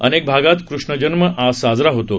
अनेक भागात कृष्णजन्म आज साजरा होतो